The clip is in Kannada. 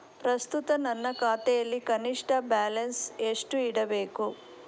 ಪ್ರಸ್ತುತ ನನ್ನ ಖಾತೆಯಲ್ಲಿ ಕನಿಷ್ಠ ಬ್ಯಾಲೆನ್ಸ್ ಎಷ್ಟು ಇಡಬೇಕು?